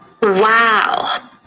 Wow